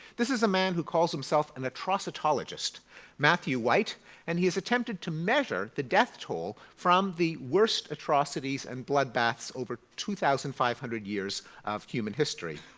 this is a man who calls himself an atrocitoligist matthew white and he has attempted to measure the death toll from the worst atrocities and blood baths over two thousand five hundred years of human history.